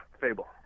Fable